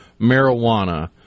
marijuana